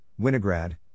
Winograd